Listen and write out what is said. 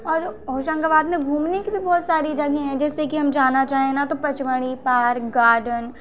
और होशंगाबाद में घूमने की भी बहुत सारी जगहें हैं जैसे कि हम जाना चाहें ना तो पचमढ़ी पार्क गार्डन मंदिर